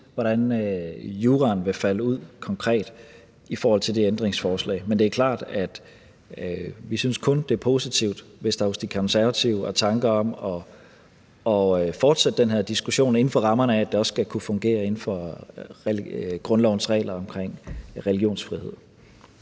hvordan juraen konkret vil falde ud i forhold til det ændringsforslag, men det er klart, at vi kun synes, det er positivt, hvis der hos De Konservative er tanker om at fortsætte den her diskussion inden for rammerne af, at det også skal kunne fungere inden for grundlovens regler om religionsfrihed.